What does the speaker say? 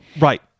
Right